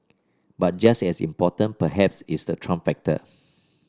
but just as important perhaps is the Trump factor